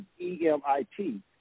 E-M-I-T